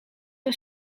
een